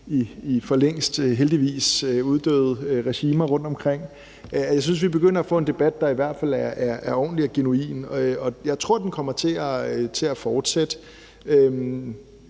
i forlængst – heldigvis – uddøde regimer rundt omkring. Jeg synes, vi begynder at få en debat, der i hvert fald er ordentlig og genuin, og jeg tror, den kommer til at fortsætte.